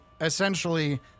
essentially